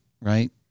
right